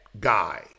guy